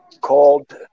called